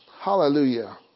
hallelujah